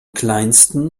kleinsten